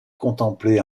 contempler